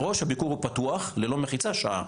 הביקור הוא פתוח ללא מחיצה ונמשך שעה.